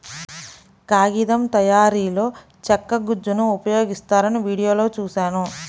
కాగితం తయారీలో చెక్క గుజ్జును ఉపయోగిస్తారని వీడియోలో చూశాను